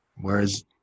Whereas